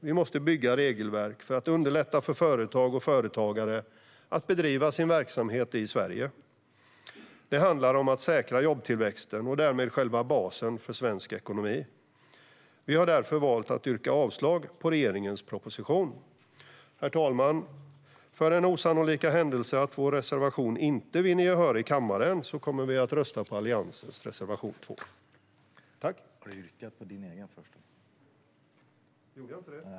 Vi måste bygga regelverk för att underlätta för företag och företagare att bedriva sin verksamhet i Sverige. Det handlar om att säkra jobbtillväxten och därmed själva basen för svensk ekonomi. Vi har därför valt att yrka avslag på regeringens proposition. Herr talman! För den osannolika händelse att vår reservation inte vinner gehör i kammaren kommer vi att rösta på Alliansens reservation 2.